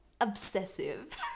obsessive